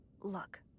Look